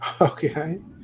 Okay